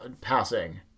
passing